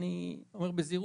אני אומר בזהירות,